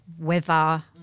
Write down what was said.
weather